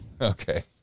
Okay